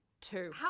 Two